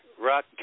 rock